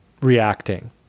reacting